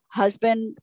husband